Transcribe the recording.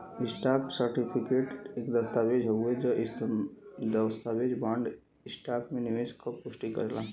stock certificate एक दस्तावेज़ हउवे इ दस्तावेज बॉन्ड, स्टॉक में निवेश क पुष्टि करेला